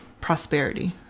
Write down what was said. prosperity